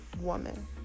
woman